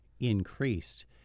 increased